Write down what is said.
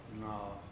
No